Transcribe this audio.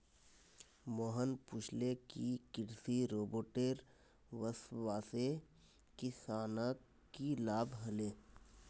मोहन पूछले कि कृषि रोबोटेर वस्वासे किसानक की लाभ ह ले